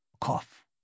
Cough